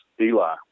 Eli